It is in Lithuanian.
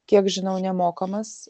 kiek žinau nemokamas